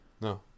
No